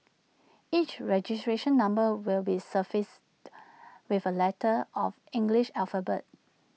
each registration number will be suffixed with A letter of English alphabet